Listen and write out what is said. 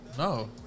No